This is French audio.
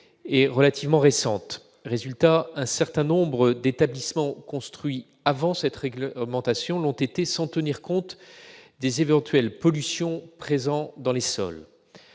est relativement récente. Résultat, un certain nombre d'établissements construits avant cette réglementation l'ont été sans tenir compte des éventuelles pollutions présentes dans les sols.